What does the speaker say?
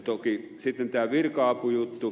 toki sitten tämä virka apujuttu